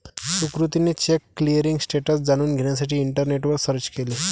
सुकृतीने cheque clearing status जाणून घेण्यासाठी इंटरनेटवर सर्च केले